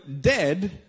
dead